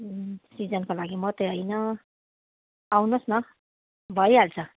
सिजनको लागि मात्रै होइन आउनु होस् न भइहाल्छ